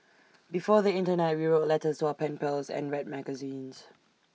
before the Internet we wrote letters to our pen pals and read magazines